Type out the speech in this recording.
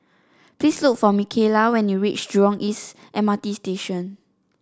please look for Micaela when you reach Jurong East M R T Station